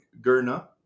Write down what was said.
Gurna